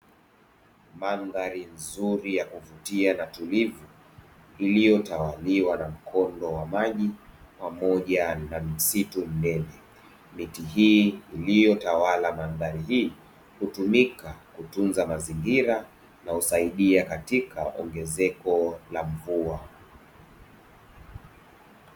Mandhari nzuri ya kuvutia na tulivu iliyotawaliwa na mkondo wa maji pamoja na msitu mnene, miti hii iliyotawala mandhari hii hutumika kutunza mazingira na husaidia katika ongezeko la mvua.